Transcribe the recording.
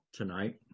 tonight